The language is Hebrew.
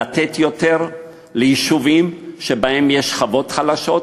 לתת יותר ליישובים שבהם יש שכבות חלשות,